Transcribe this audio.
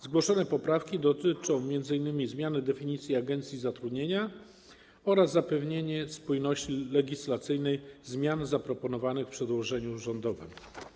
Zgłoszone poprawki dotyczą m.in. zmiany definicji agencji zatrudnienia oraz zapewnienia spójności legislacyjnej zmian zaproponowanych w przedłożeniu rządowym.